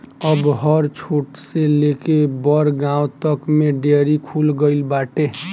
अब हर छोट से लेके बड़ गांव तक में डेयरी खुल गईल बाटे